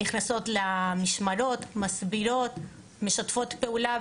נכנסות למשמרות, מסבירות, משתפות פעולה.